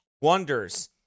wonders